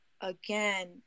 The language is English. again